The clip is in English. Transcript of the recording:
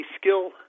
skill